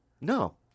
no